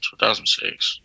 2006